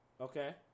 Okay